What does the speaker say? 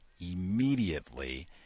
immediately